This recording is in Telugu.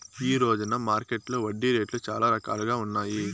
ఈ రోజున మార్కెట్టులో వడ్డీ రేట్లు చాలా రకాలుగా ఉన్నాయి